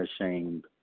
ashamed